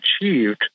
achieved